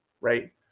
right